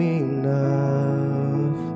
enough